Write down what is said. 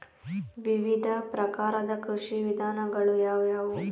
ವಿವಿಧ ಪ್ರಕಾರದ ಕೃಷಿ ವಿಧಾನಗಳು ಯಾವುವು?